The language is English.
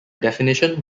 definition